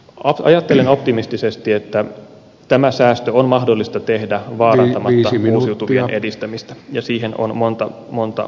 ajattelen optimistisesti että tämä säästö on mahdollista tehdä vaarantamatta uusiutuvien edistämistä ja siihen on monta monta keinoa